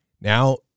Now